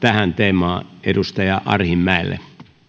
tähän teemaan edustaja arhinmäelle